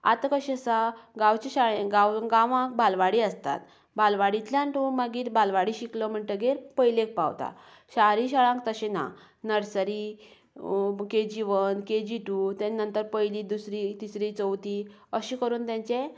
आतां कशें आसा गांवचे शाळेंत गांवांत बालवाडी आसता बालवाडींतल्यान तूं मागीर बालवाडी शिकलो म्हणटगीर पयलेक पावता शारी शाळांत तशें ना nursery KG one KG two तेजे नंतर पयली दुसरी तिसरी चवथी अशें करून तेंचे